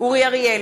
אורי אריאל,